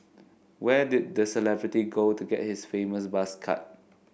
where did the celebrity go to get his famous buzz cut